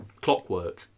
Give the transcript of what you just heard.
clockwork